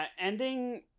Ending